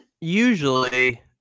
Usually